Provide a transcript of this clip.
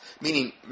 meaning